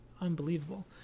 Unbelievable